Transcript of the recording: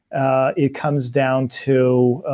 ah it comes down to,